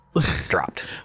dropped